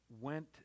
went